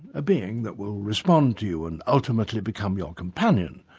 a being that will respond to you and ultimately become your companion.